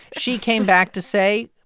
she came back to say,